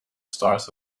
stars